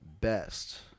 best